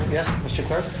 yes, mr. clerk?